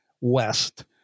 west